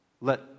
Let